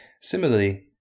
Similarly